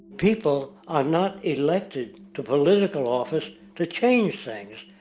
people are not elected to political office to change things.